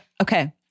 Okay